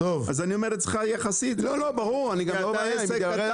אז אני אומרת אצלך יחסית ואתה עסק קטן